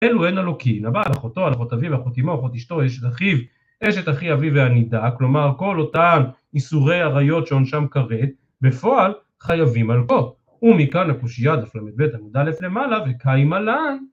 אלו הן הלוקים: "הבא על אחותו, על אחות אביו, על אחות אמו, על אחות אשתו, אשת אחיו, אשת אחי אביו, והנידה". כלומר, כל אותן איסורי עריות שעונשם כרת. בפועל, חייבים מלקות. ומכאן הקושיה דף י"ב עמוד א' למעלה, וקיים עלי